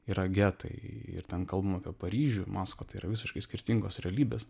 yra getai ir ten kalbam apie paryžių maskvą tai yra visiškai skirtingos realybės